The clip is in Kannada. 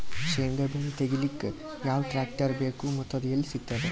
ಶೇಂಗಾ ಬೆಳೆ ತೆಗಿಲಿಕ್ ಯಾವ ಟ್ಟ್ರ್ಯಾಕ್ಟರ್ ಬೇಕು ಮತ್ತ ಅದು ಎಲ್ಲಿ ಸಿಗತದ?